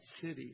city